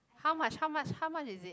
how much how much how much is it